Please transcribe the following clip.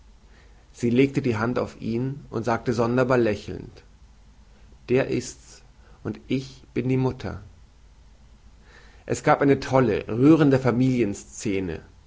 sie legte die hand auf ihn und sagte sonderbar lächelnd der ist's und ich bin die mutter das gab eine tolle rührende